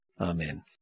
Amen